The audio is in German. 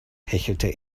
hechelte